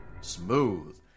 Smooth